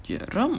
okay ram